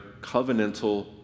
covenantal